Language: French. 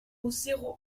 zéro